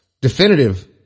definitive